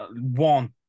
one